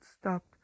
stopped